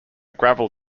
gravel